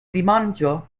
dimanĉo